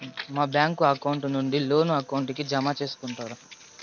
మా bank account నుండి loan account కి జామ సేసుకుంటారా?